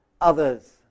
others